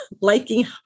liking